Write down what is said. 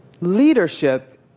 Leadership